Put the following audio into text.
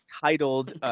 titled